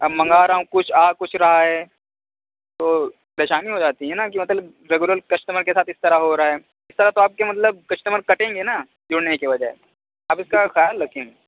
اب منگا رہا ہوں کچھ آ کچھ رہا ہے تو پریشانی ہو جاتی ہے نا کہ مطلب ریگولر کسٹمر کے ساتھ اس طرح ہو رہا ہے اس طرح تو آپ کے مطلب کسٹمر کٹیں گے نا جڑنے کے بجائے آپ اس کا خیال رکھیں